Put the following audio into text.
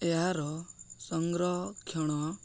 ଏହାର ସଂରକ୍ଷଣ